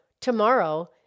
Tomorrow